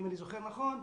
אם אני זוכר נכון,